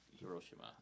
Hiroshima